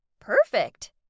Perfect